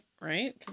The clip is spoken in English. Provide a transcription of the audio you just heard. right